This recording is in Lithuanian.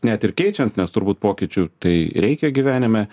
net ir keičiant nes turbūt pokyčių tai reikia gyvenime